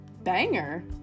banger